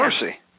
mercy